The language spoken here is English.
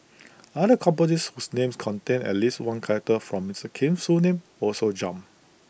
other companies whose names contained at least one character from Mister Kim's full name also jumped